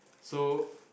so